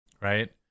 right